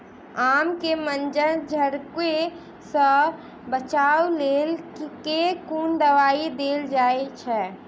आम केँ मंजर झरके सऽ बचाब केँ लेल केँ कुन दवाई देल जाएँ छैय?